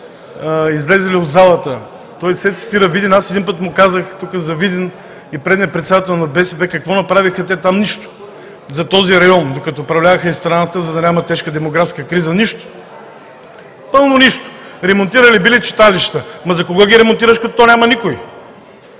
излезе ли от залата? Той все цитира Видин. Аз един път му казах за Видин и предния председател на БСП какво направиха те там – нищо за този район, докато управляваха и страната, за да няма тежка демографска криза. Нищо! Пълно нищо! Ремонтирали били читалища. Ама за кого ги ремонтираш, като то няма никой?